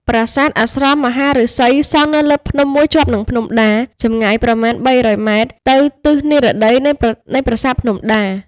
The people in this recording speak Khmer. ប្រាសាទអាស្រមមហាឫសី សង់នៅលើភ្នំមួយជាប់នឹងភ្នំដា ចម្ងាយប្រមាណ ៣០០ ម៉ែត្រ ទៅទិសនីរតីនៃប្រាសាទភ្នំដា។